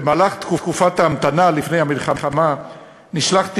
במהלך תקופת ההמתנה לפני המלחמה נשלחתי